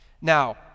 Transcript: Now